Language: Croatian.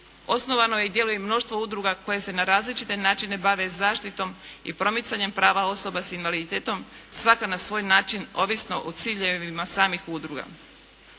osnovano je i djeluje mnoštvo udruga koje se na različite načine bave zaštitom i promicanjem prava osoba s invaliditetom svaka na svoj način ovisno o ciljevima samih udruga.